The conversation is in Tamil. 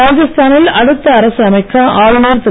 ராஜஸ்தா னில் அடுத்த அரசை அமைக்க ஆளுனர் திரு